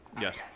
Yes